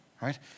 right